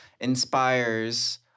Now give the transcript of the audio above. inspires